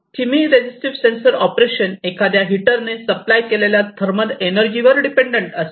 चीमी resistive gas sensor operation एखाद्या हिटरने supply केलेल्या थर्मल एनर्जी वर डिपेंड असते